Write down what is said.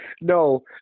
No